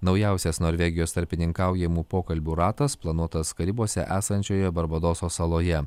naujausias norvegijos tarpininkaujamų pokalbių ratas planuotas karibuose esančioje barbadoso saloje